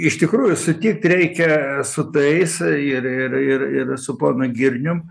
iš tikrųjų sutikt reikia su tais ir ir ir ir su ponu girnium